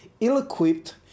ill-equipped